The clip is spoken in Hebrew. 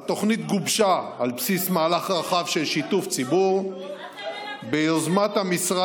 התוכנית גובשה על בסיס מהלך רחב של שיתוף ציבור ביוזמת משרד